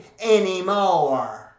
anymore